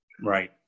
right